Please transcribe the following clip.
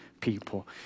people